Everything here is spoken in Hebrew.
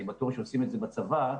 אני בטוח שעושים את זה בצבא,